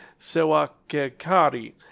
Sewakekari